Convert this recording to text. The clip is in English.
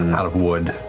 and out of wood.